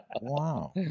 wow